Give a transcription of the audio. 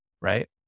right